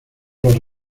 los